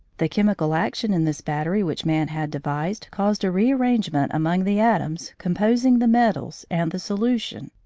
the chemical action in this battery which man had devised caused a rearrangement among the atoms composing the metals and the solution,